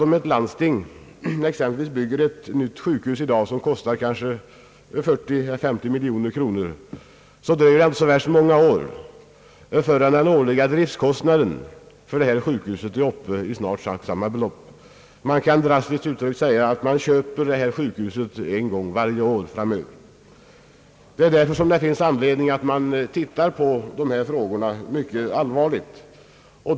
Om ett landsting exempelvis bygger ett nytt sjukhus i dag, som kostar mellan 40 och 50 miljoner, dröjer det inte så värst många år förrän den årliga driftkostnaden för detta sjukhus är uppe i snart sagt samma belopp. Man kan drastiskt uttryckt säga, att man köper det där sjukhuset en gång varje år framöver. Därför finns det anledning att se med stort allvar på dessa frågor.